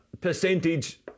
percentage